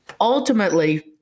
Ultimately